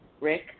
Rick